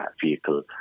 Vehicle